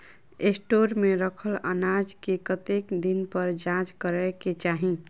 Store मे रखल अनाज केँ कतेक दिन पर जाँच करै केँ चाहि?